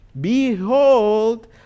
Behold